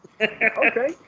Okay